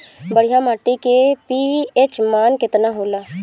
बढ़िया माटी के पी.एच मान केतना होला?